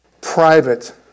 private